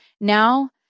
now